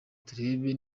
turebe